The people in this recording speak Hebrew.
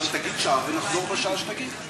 הפסקה, זכותך בהחלט, אדוני.